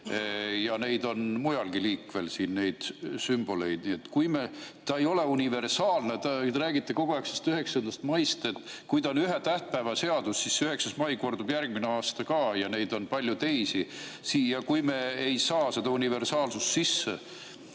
Ja neid on mujalgi liikvel, neid sümboleid. [See eelnõu] ei ole universaalne. Te räägite kogu aeg sellest 9. maist. Kui see on ühe tähtpäeva seadus, siis 9. mai kordub järgmine aasta ka, ja neid on palju teisi. Kui me ei saa seda universaalsust sisse,